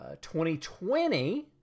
2020